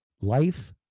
Life